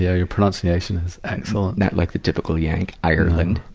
yeah your pronunciation is excellent. not like the typical yank ire-lind.